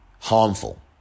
harmful